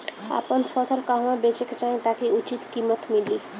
आपन फसल कहवा बेंचे के चाहीं ताकि उचित कीमत मिली?